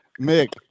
Mick